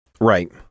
Right